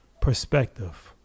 perspective